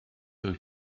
wyt